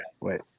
wait